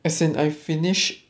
as in I finish